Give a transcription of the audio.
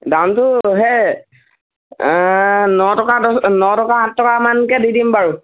দামটো সেই ন টকা দহ ন টকা আঠ টকামানকৈ দি দিম বাৰু